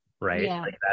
Right